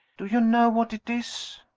do you know what it is?